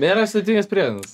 nėra sudėtingas priedainis